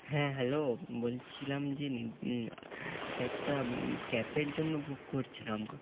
হ্যাঁ হ্যালো বলছিলাম যে একটা ক্যাবের জন্য বুক করছিলাম